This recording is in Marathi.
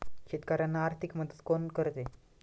शेतकऱ्यांना आर्थिक मदत कोण करते?